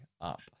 up